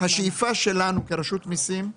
השאיפה שלנו כרשות המיסים היא